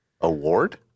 Award